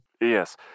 Yes